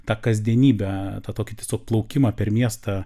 tą kasdienybę tą tokį tiesiog plaukimą per miestą